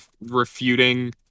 refuting